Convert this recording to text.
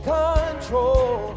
control